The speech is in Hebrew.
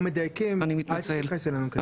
מדייקים אל תתייחס אלינו כתלמידים שלך.